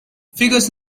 figures